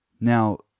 Now